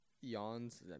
yawns